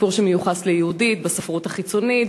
הסיפור שמיוחס ליהודית בספרות החיצונית,